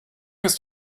ist